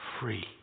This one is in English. Free